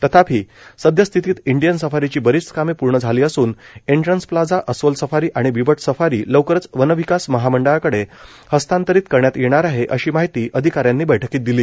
तथापि सद्यः स्थितीत इंडियन सफारीची बरीच कामपूर्ण झाली असून एन्ट्रन्स प्लाझा अस्वल सफारी आणि बिबट सफारी लवकरच वन विकास महामंडळाकड हस्तातंरित करण्यात यप्नार आहप्र अशी माहिती अधिकाऱ्यांनी बैठकीत दिली